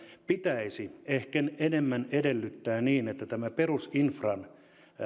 pitäisi ehkä enemmän edellyttää sitä että tämä perusinfran